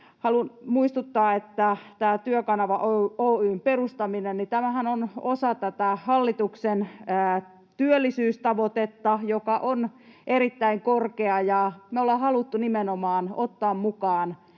Haluan muistuttaa, että tämän Työkanava Oy:n perustaminen on osa tätä hallituksen työllisyystavoitetta, joka on erittäin korkea. Me ollaan haluttu nimenomaan ottaa mukaan